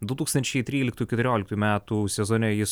du tūkstančiai tryliktų keturioliktų metų sezone jis